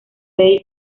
bay